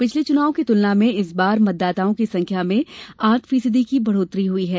पिछले चुनाव की तुलना में इस बार मतदाताओं की संख्या में आठ फीसदी की बढ़ोत्तरी हुई है